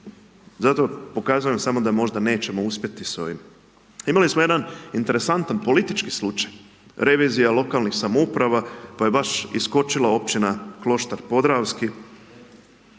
Zato pokazujem samo da možda nećemo uspjeti s ovim. Imali smo jedan interesantan politički slučaj, revizija lokalnih samouprava, pa je baš iskočila općina Kloštar Podravski,